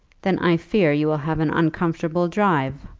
then i fear you will have an uncomfortable drive.